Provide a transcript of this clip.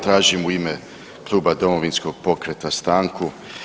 Tražim u ime Kluba Domovinskog pokreta stanku.